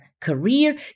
career